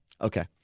Okay